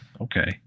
Okay